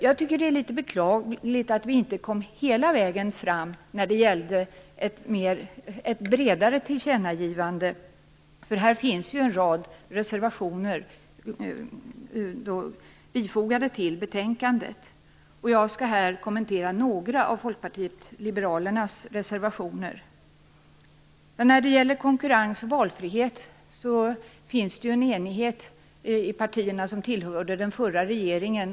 Jag tycker att det är litet beklagligt att vi inte kom hela vägen när det gällde ett bredare tillkännagivande. Det finns en rad reservationer bifogade till betänkandet. Jag skall här kommentera några av Folkpartiet liberalernas reservationer. När det gäller konkurrens och valfrihet finns det en enighet bland de partier som tillhörde den förra regeringen.